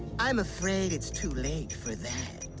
i'm afraid it's too late for that